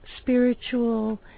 spiritual